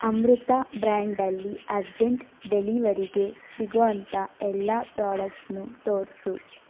ಅಮೃತ ಬ್ರ್ಯಾಂಡಲ್ಲಿ ಅರ್ಜೆಂಟ್ ಡೆಲಿವರಿಗೆ ಸಿಗೋಂಥ ಎಲ್ಲ ಪ್ರಾಡಕ್ಟ್ಸ್ನೂ ತೋರಿಸು